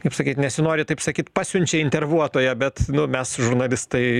kaip sakyt nesinori taip sakyt pasiunčia intervuotoją bet mes žurnalistai